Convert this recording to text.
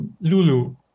Lulu